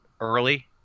early